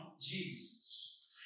Jesus